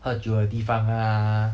喝酒的地方 ah